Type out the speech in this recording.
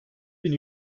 bin